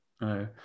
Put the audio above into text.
no